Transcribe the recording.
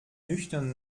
nüchtern